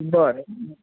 बरं